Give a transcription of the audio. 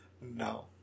No